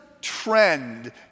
trend